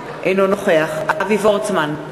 אינו נוכח אבי וורצמן,